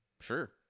Sure